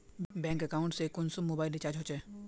Bank account से कुंसम mobile recharge होचे?